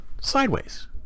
sideways